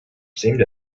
seemed